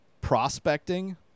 prospecting